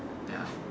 ya